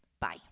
Bye